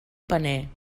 paner